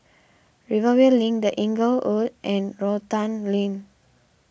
Rivervale Link the Inglewood and Rotan Lane